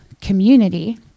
community